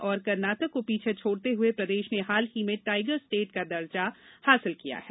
और कर्नाटक को पीछे छोडते हुए प्रदेश ने हाल ही में टाइगर स्टेट का दर्जा हासिल किया है